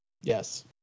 Yes